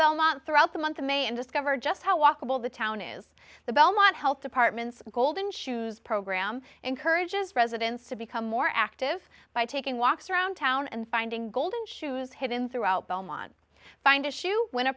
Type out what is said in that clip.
belmont throughout the month of may and discover just how walkable the town is the belmont health department's golden shoes program encourages residents to become more active by taking walks around town and finding golden shoes hidden throughout belmont find a shoe when a